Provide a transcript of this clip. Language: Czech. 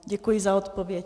Děkuji za odpověď.